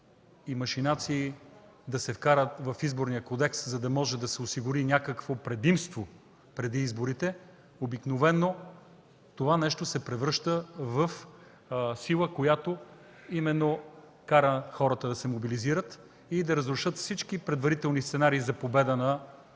и машинации, да се вкарат в Изборния кодекс, за да може да се осигури някакво предимство преди изборите, обикновено това нещо се превръща в сила, която именно кара хората да се мобилизират и да разрушат всички предварителни сценарии за победа,